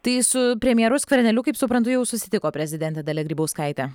tai su premjeru skverneliu kaip suprantu jau susitiko prezidentė dalia grybauskaitė